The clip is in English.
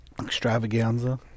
extravaganza